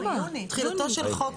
לא דחינו.